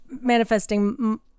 manifesting